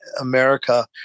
America